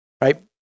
right